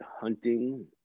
hunting